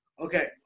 Okay